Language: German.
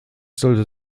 sollte